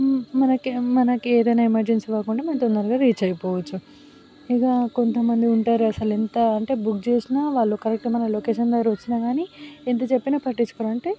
మనకి మనకి ఏదైనా ఎమర్జెన్సీ వర్క్ ఉంటే మనం తొందరగా రీచ్ అయిపోవచ్చు ఇక కొంత మంది ఉంటారు అసలు ఎంత అంటే బుక్ చేసిన వాళ్ళు కరెక్ట్గా మన లొకేషన్ దగ్గరికి వచ్చిన కానీ ఎంత చెప్పినా పట్టించుకోరు అంటే